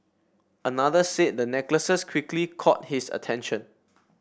another said the necklaces quickly caught his attention